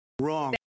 wrong